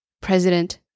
president